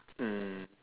mm